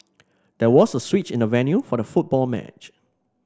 there was a switch in the venue for the football match